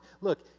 Look